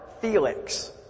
Felix